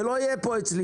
זה לא יהיה פה אצלי.